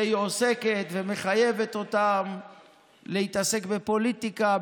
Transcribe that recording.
והיא עוסקת ומחייבת אותם להתעסק בפוליטיקה,